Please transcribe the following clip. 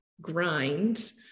grind